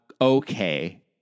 okay